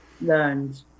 learned